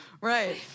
Right